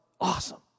Awesome